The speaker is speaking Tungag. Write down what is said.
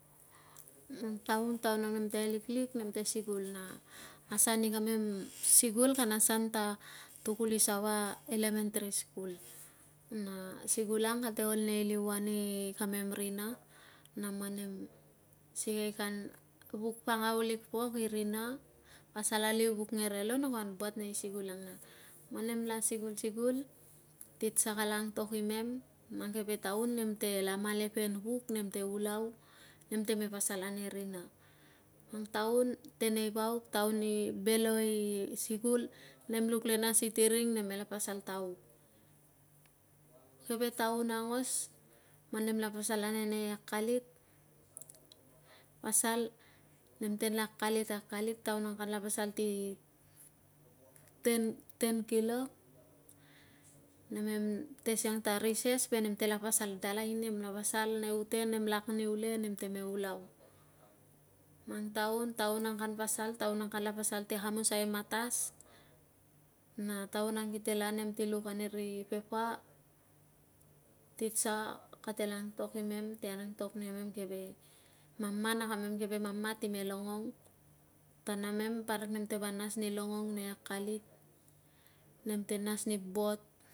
Mang taun, taun ang nemte liklik nemte sikul na asan i kamem sikul kana asan ta tukulisava elementary school na sikul ang kate ol nei liuan i kamem rina na man nem, sikei kan vuk pangau lik pok i rina, pasal aliu vuk ngerelo na kuan buat nei sikul ang na taun man nemla sikul sikul, titsa kala antok imem, mang keve taun nemtela malepen vuk nem te ulau na nemta me pasal ane rina. Mang taun teneivauk, taun i belo i sikul, nem luk le na sitiring nemela pasal ta uk. Keve taun aungos man nemla pasal ane nei akalit, pasal nem ten akalit, akalit, taun ang kala pasal ti ten, ten kilok, namem te siang ta rises ve nem te la pasal dalai. Nemla pasal nei uten, nem lak niu le nem ta me ulau. Mang taun, taun ang kan pasal taun an kanla pasal si akamusai i matas na taun kite la nem ti luk ani ri pepa, titsa kate la antok imem ti antok ani kamem keve nana na kamem keve mama ti me longong ta namem parik nem pa nas ni longong nei akalit, nem te nas ni bot